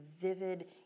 vivid